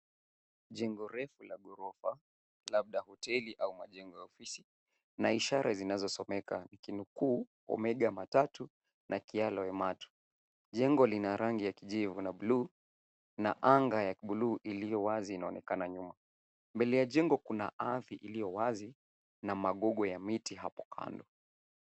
Jengo refu la ghorofa, labda hoteli au majengo ya ofisi na ishara zinazosomeka, ikinukuu Omega Matatu na Kialoematu . Jengo lina rangi ya kijivu na bluu na anga ya bluu iliyo wazi inaonekana nyuma. Mbele ya jengo kuna ardhi iliyo wazi na magugu ya miti hapo kando.